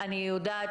אני יודעת